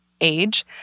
age